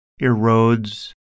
erodes